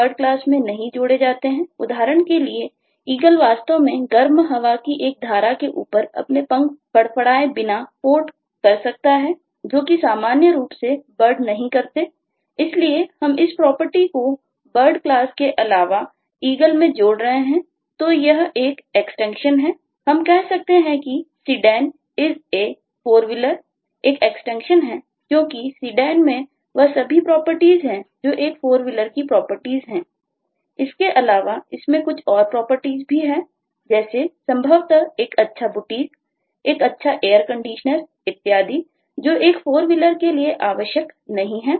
हम कह सकते हैं कि Sedan IS A Four wheeler एक एक्सटेंशन है क्योंकि Sedan में वह सभी प्रॉपर्टीज है जो एक FourWheeler के प्रॉपर्टीज है इसके अलावा इसमें कुछ और प्रॉपर्टीज भी हैं जैसे संभवतः एक अच्छा बुटीक एक अच्छा एयर कंडीशनर इत्यादि और जो एक FourWheeler के लिए आवश्यक नहीं है